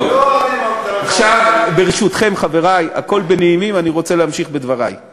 טוב, לא אוהדים, ברשותכם, חברי, הכול בנעימים, אבל